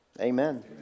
Amen